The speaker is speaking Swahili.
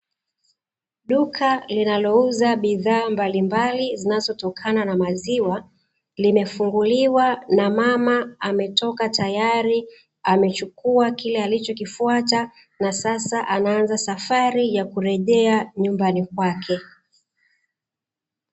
Duka linalouza bidhaa mbalimbali zinazotokana na maziwa linafunguliwa na mama ametoka tayari, amechukua kile alichokifuata na sasa anaanza safari ya kurejea nyumbani kwake.